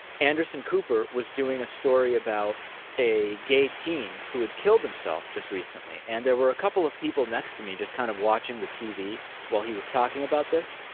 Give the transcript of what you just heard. anderson cooper was doing a story about a gay teen who had killed himself just recently. and there were a couple of people next to me just kind of watching the tv while he was talking about this,